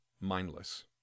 mindless